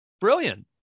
brilliant